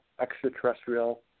extraterrestrial